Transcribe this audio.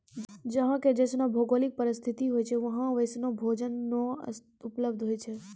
जहां के जैसनो भौगोलिक परिस्थिति होय छै वहां वैसनो भोजनो उपलब्ध होय छै